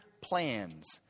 plans